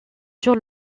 sur